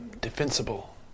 defensible